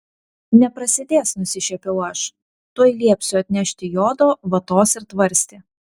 neprasidės nusišiepiau aš tuoj liepsiu atnešti jodo vatos ir tvarstį